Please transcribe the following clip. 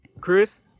chris